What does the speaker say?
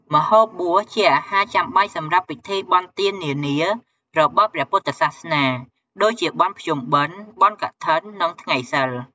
ម្ហូបបួសជាអាហារចាំបាច់សម្រាប់ពិធីបុណ្យទាន នានារបស់ព្រះពុទ្ធសាសនា ដូចជា បុណ្យភ្ជុំបិណ្ឌ បុណ្យកឋិន និងថ្ងៃសីល។